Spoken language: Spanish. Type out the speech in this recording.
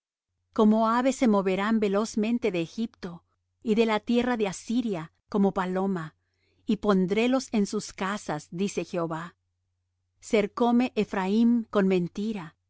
como ave se moverán velozmente de egipto y de la tierra de asiria como paloma y pondrélos en sus casas dice jehová cercome ephraim con mentira